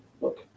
look